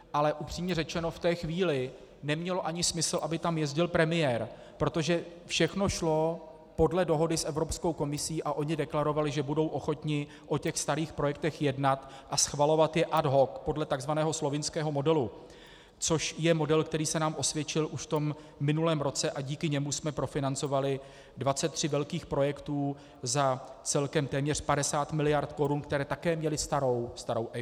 Ale upřímně řečeno, v té chvíli nemělo ani smysl, aby tam jezdil premiér, protože všechno šlo podle dohody s Evropskou komisí a oni deklarovali, že budou ochotni o těch starých projektech jednat a schvalovat je ad hoc podle tzv. slovinského modelu, což je model, který se nám osvědčil už v tom minulém roce, a díky němu jsme profinancovali 23 velkých projektů za celkem téměř 50 miliard korun, které také měly starou EIA.